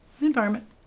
environment